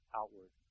outward